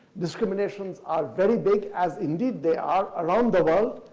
discriminations are very big, as indeed they are around the world.